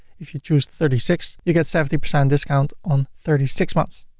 if you choose thirty six, you get seventy percent discount on thirty six months.